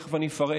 ותכף אני אפרט.